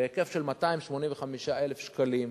בהיקף של 285,000 שקלים,